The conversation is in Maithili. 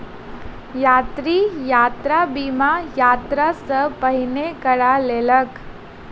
यात्री, यात्रा बीमा, यात्रा सॅ पहिने करा लेलक